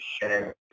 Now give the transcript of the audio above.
share